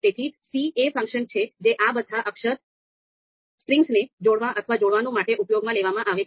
તેથી c એ function છે જે આ બધા અક્ષર સ્ટ્રિંગ્સને જોડવા અથવા જોડવાનું માટે ઉપયોગ માં લેવામાં આવે છે